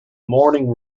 morning